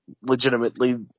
legitimately